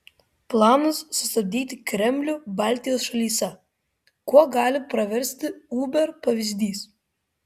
planas sustabdyti kremlių baltijos šalyse kuo gali praversti uber pavyzdys